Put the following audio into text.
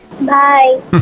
bye